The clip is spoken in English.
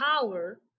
power